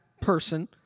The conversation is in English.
person